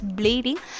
bleeding